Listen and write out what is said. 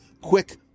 quick